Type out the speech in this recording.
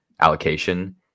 allocation